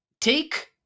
take